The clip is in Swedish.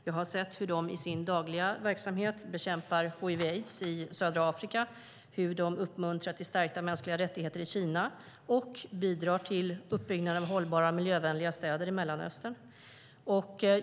Jag har sett hur de i sin dagliga verksamhet bekämpar hiv/aids i södra Afrika, hur de uppmuntrar till stärkta mänskliga rättigheter i Kina och hur de bidrar till uppbyggnad av hållbara och miljövänliga städer i Mellanöstern.